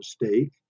mistake